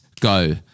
go